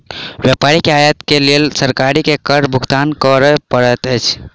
व्यापारी के आयत के लेल सरकार के कर भुगतान कर पड़ैत अछि